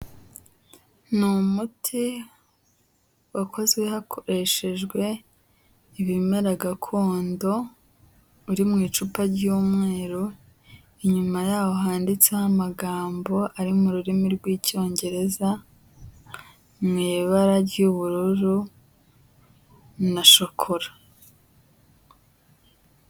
Ni umuti wakozwe hakoreshejwe ibimera gakondo, uri mu icupa ry'umweru, inyuma yaho handitseho amagambo ari mu rurimi rw'icyongereza, mu ibara ry'ubururu na shokora.